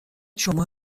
شما